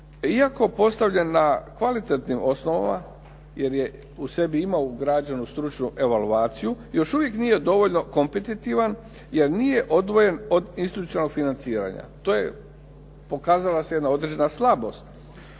Iako postavljen na kvalitetnim osnovama jer je u sebi imao ugrađenu stručnu evaluaciju još uvijek nije dovoljno kompetitivan jer nije odvojen od institucionalnog financiranja. To je pokazala se jedna određena slabost.